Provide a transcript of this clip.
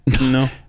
No